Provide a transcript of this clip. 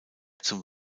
zum